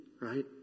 right